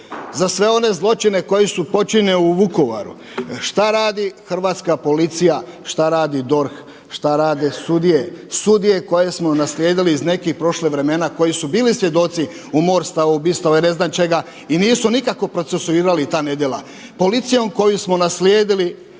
Za sve one zločine koji su počinjeni u Vukovaru, šta radi hrvatska policija, šta radi DORH, šta rade sudije? Sudije koje smo naslijedili iz nekih prošlih vremena koji su bili svjedoci umorstava, ubistava i ne znam čega i nisu nikako procesuirali ta nedjela. Policijom koju smo naslijedili